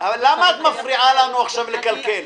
למה את מפריעה לנו עכשיו לקלקל?